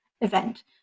event